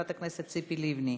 חברת הכנסת ציפי לבני,